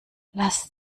lass